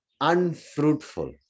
unfruitful